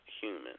human